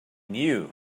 knew